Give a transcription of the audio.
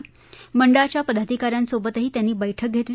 कटक मंडळाच्या पदाधिकाऱ्यांसोबतही त्यांनी बैठक घेतली